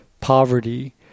poverty